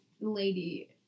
Lady